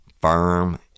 firm